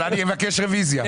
אבל אני אבקש רביזיה.